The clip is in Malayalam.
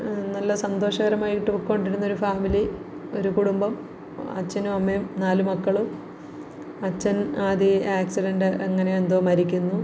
നല്ല സന്തോഷകരമായിട്ട് പോയിക്കോണ്ടിരുന്ന ഒരു ഫാമിലി ഒരു കുടുംബം അച്ഛനും അമ്മയും നാല് മക്കളും അച്ഛൻ ആദ്യമേ ആക്സിഡൻറ്റ് അങ്ങനെന്തോ മരിക്കുന്നു